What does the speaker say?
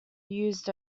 used